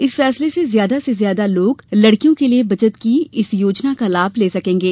इस फैसले से ज्यादा से ज्यादा लोग लड़कियों के लिये बचत की इस योजना का लाभ ले सकेंगे